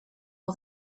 all